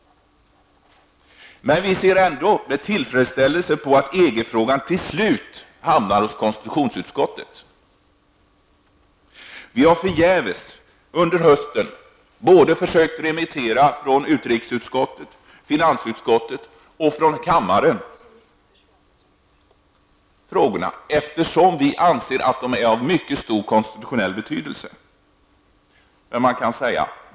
Vi ser ändå med tillfredsställelse på att EG-frågan till slut hamnar hos konstitutionsutskottet. Vi har under hösten förgäves försökt att remittera frågorna från utrikesutskottet, finansutskottet och från kammaren, eftersom vi anser att de är av mycket stor konstitutionell betydelse.